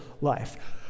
life